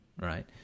right